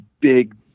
big